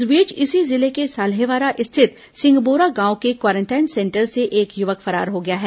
इस बीच इसी जिले के साल्हेवारा स्थित सिंगबोरा गांव के क्वारेंटाइन सेंटर से एक युवक फरार हो गया है